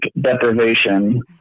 deprivation